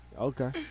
Okay